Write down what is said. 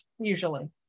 usually